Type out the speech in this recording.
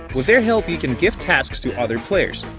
with their help you can give tasks to other players.